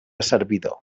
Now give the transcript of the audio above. servidor